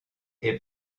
est